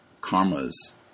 Karma's